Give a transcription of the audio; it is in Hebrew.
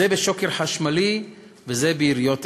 זה בשוקר חשמלי וזה ביריות אקדח.